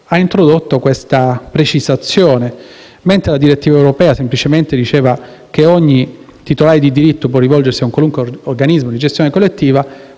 ha introdotto la seguente precisazione: mentre la direttiva europea semplicemente dice che ogni titolare di diritto può rivolgersi a un qualunque organismo di gestione collettiva,